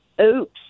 oops